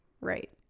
Right